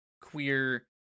queer